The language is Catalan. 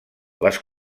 les